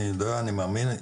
אני מאמין.